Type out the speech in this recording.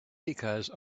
because